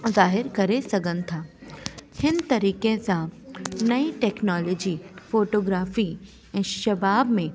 ज़ाहिर करे सघनि था हिन तरीक़े सां नईं टेक्नोलॉजी फ़ोटोग्राफ़ी ऐं शबाब में